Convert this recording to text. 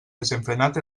desenfrenat